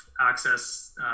access